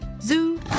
Zoo